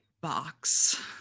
box